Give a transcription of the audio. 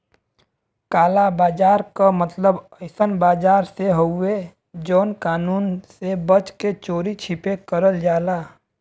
काला बाजार क मतलब अइसन बाजार से हउवे जौन कानून से बच के चोरी छिपे करल जाला